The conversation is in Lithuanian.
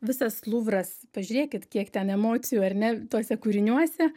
visas luvras pažiūrėkit kiek ten emocijų ar ne tuose kūriniuose